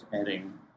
adding